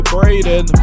Braden